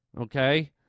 okay